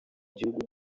gihugu